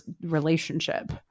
relationship